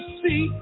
see